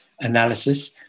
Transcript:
analysis